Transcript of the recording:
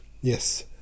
Yes